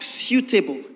suitable